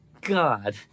god